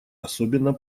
особенно